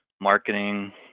marketing